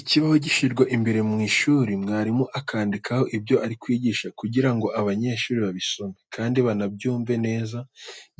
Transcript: Ikibaho gishyirwa imbere mu ishuri mwarimu akandikaho ibyo ari kwigisha, kugira ngo abanyeshuri babisome kandi banabyumve neza.